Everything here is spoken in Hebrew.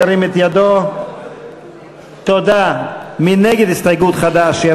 מי נגד הסתייגות חד"ש?